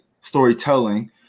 storytelling